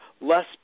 less